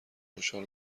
خوشحال